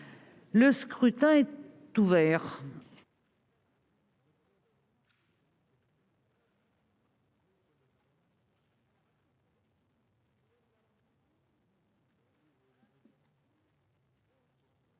Le scrutin est ouvert.